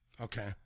Okay